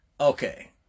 Okay